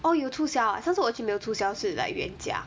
orh 有促销 ah 上次我去没有促销是 like 原价